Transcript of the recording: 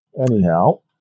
Anyhow